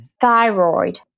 thyroid